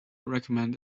recommend